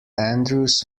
andrews